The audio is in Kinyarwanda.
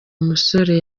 musore